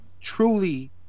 truly